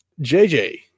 JJ